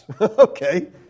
Okay